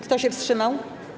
Kto się wstrzymał?